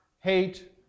hate